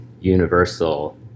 universal